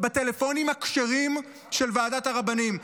בטלפונים הכשרים של ועדת הרבנים.